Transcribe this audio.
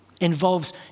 involves